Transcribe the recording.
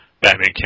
Batman